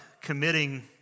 committing